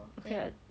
okay [what]